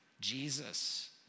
Jesus